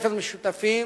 לבתי-ספר משותפים